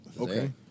Okay